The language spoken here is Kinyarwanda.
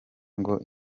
ngo